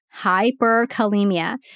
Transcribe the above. hyperkalemia